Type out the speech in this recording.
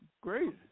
Great